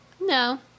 No